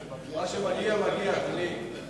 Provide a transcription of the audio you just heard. מה שמגיע, מגיע, אדוני.